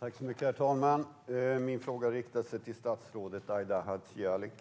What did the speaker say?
Herr talman! Min fråga går till statsrådet Aida Hadzialic.